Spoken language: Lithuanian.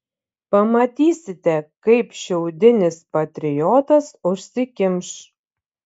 pamatysite kaip šiaudinis patriotas užsikimš